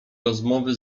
rozmowy